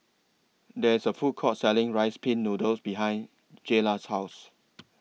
There IS A Food Court Selling Rice Pin Noodles behind Jaylah's House